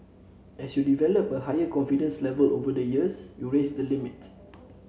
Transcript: as you develop a higher confidence level over the years you raise the limit